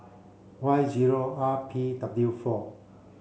Y zero R P W four